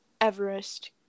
Everest